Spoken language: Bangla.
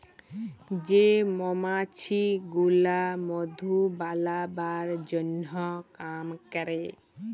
যে মমাছি গুলা মধু বালাবার জনহ কাম ক্যরে